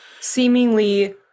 seemingly